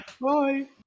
Bye